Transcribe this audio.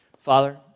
Father